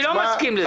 אני לא מסכים לזה.